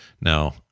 now